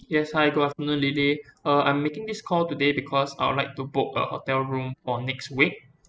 yes hi good afternoon lily uh I'm making this call today because I would like to book a hotel room for next week